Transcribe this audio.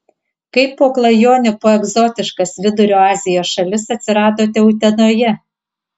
kaip po klajonių po egzotiškas vidurio azijos šalis atsiradote utenoje